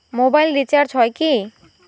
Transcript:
Mobile recharge হয় কি?